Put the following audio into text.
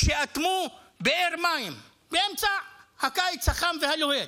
כשאטמו באר מים באמצע הקיץ החם והלוהט.